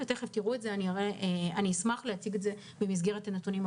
ואני אשמח להציג את זה במסגרת הנתונים.